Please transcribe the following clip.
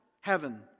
heaven